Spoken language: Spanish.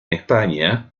españa